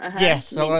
yes